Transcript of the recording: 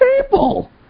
people